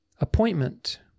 Appointment